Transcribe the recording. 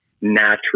natural